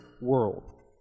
world